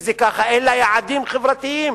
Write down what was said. אלא יעדים חברתיים,